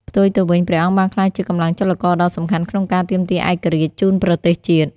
ផ្ទុយទៅវិញ ព្រះអង្គបានក្លាយជាកម្លាំងចលករដ៏សំខាន់ក្នុងការទាមទារឯករាជ្យជូនប្រទេសជាតិ។